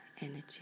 energy